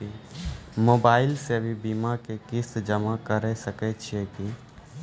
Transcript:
Mobile से भी बीमा के किस्त जमा करै सकैय छियै कि?